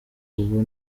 ubu